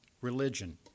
religion